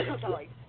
sorry